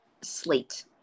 slate